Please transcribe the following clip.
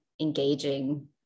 engaging